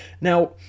Now